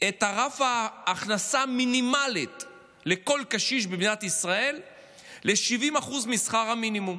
את רף ההכנסה המינימלית לכל קשיש במדינת ישראל ל-70% משכר המינימום.